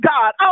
God